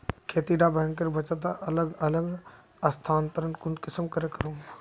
खेती डा बैंकेर बचत अलग अलग स्थानंतरण कुंसम करे करूम?